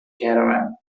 caravan